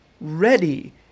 ready